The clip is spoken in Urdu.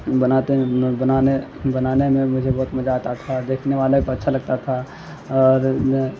بناتے بنانے بنانے میں مجھے بہت مزہ آتا تھا اور دیکھنے والے کو اچھا لگتا تھا اور